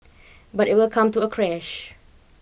but it will come to a crash